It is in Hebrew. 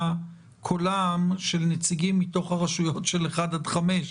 קולם של נציגים מתוך הרשויות של אחד עד חמש.